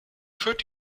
führt